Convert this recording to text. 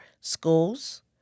schools